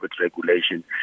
regulation